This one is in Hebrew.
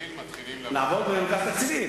במרס-אפריל מתחילים, לעבוד עם אגף התקציבים.